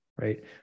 right